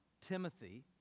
Timothy